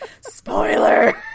Spoiler